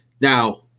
now